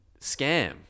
scam